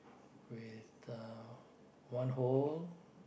with uh one hole